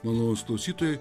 malonūs klausytojai